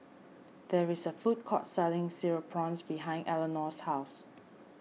there is a food court selling Cereal Prawns behind Elinore's house